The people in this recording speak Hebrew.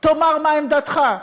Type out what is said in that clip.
תאמר מה עמדתך,